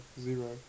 zero